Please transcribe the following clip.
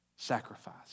sacrifice